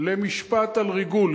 ולעמוד למשפט על ריגול,